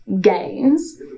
gains